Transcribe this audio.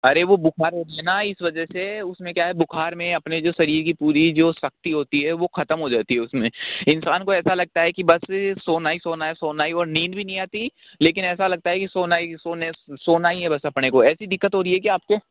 अरे वह बुखार होती है न इस वजह से उसमें क्या है बुखार में अपने जो शरीर की पूरी जो शक्ति होती है वो ख़त्म हो जाती है उसमें इंसान को ऐसा लगता है कि बस सोना ही सोना सोना ही और नींद भी नहीं आती लेकिन ऐसा लगता है की सोना ही सोने सोना ही बस अपने है को ऐसी दिक्कत हो रही है क्या आपको